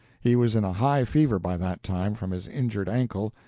he was in a high fever by that time from his injured ankle,